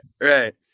right